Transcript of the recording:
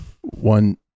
One